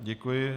Děkuji.